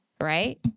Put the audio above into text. Right